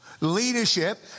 Leadership